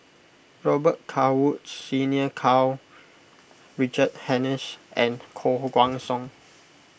Robet Carr Woods Senior Karl Richard Hanitsch and Koh Guan Song